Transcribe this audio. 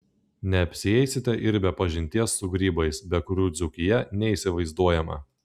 neapsieisite ir be pažinties su grybais be kurių dzūkija neįsivaizduojama